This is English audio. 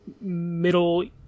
middle